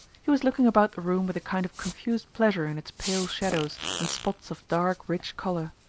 he was looking about the room with a kind of confused pleasure in its pale shadows and spots of dark rich colour.